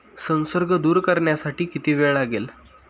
संसर्ग दूर करण्यासाठी किती वेळ लागेल?